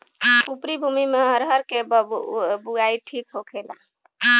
उपरी भूमी में अरहर के बुआई ठीक होखेला?